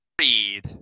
read